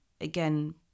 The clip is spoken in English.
again